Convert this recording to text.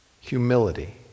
humility